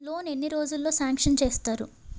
Loan ఎన్ని రోజుల్లో sanction చేస్తారు?